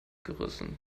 gerissen